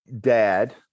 dad